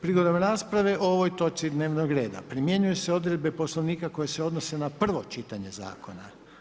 Prigodom rasprave o ovoj točci dnevnog reda primjenjuju se odredbe Poslovnika koje se odnose na prvo čitanje zakona.